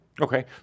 Okay